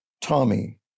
Tommy